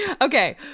okay